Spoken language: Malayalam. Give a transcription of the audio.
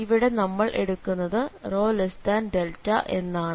ഇവിടെ നമ്മൾ എടുക്കുന്നത് ρδ എന്നാണ്